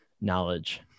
knowledge